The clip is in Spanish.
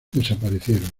desaparecieron